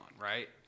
right